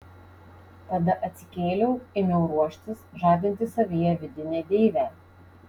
tada atsikėliau ėmiau ruoštis žadinti savyje vidinę deivę